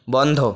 বন্ধ